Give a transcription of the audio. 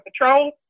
Patrol